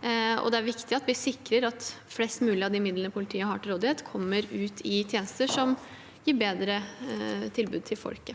Det er viktig at vi sikrer at flest mulig av de midlene politiet har til rådighet, kommer ut i tjenester som gir bedre tilbud til folk.